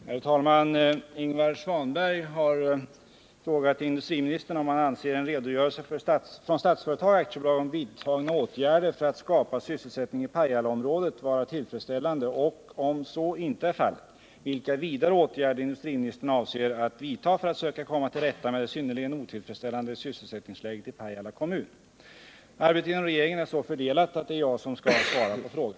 Herr talman! Ingvar Svanberg har frågat industriministern om han anser en redogörelse från Statsföretag AB om vidtagna åtgärder för att skapa sysselsättning i Pajalaområdet vara tillfredsställande och, om så inte är fallet, vilka vidare åtgärder industriministern avser att vidta för att söka komma till rätta med det synnerligen otillfredsställande sysselsättningsläget i Pajala kommun. Arbetet inom regeringen är så fördelat att det är jag som skall svara på frågan.